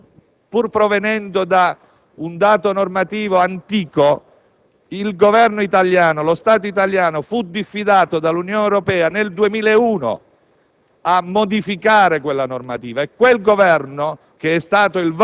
Per quanto riguarda la sentenza IVA, pur provenendo da un dato normativo antico, il Governo italiano, lo Stato italiano, fu diffidato dall'Unione Europea nel 2001